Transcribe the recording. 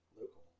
local